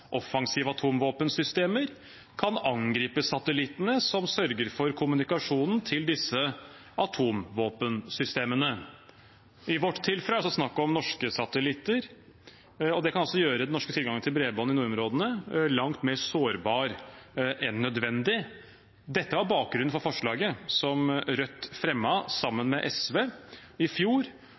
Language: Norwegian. offensive atomvåpensystemer, kan angripe satellittene som sørger for kommunikasjonen til disse atomvåpensystemene. I vårt tilfelle er det snakk om norske satellitter, og det kan gjøre den norske tilgangen til bredbånd i nordområdene langt mer sårbar enn nødvendig. Dette var bakgrunnen for forslaget som Rødt fremmet sammen med SV i fjor,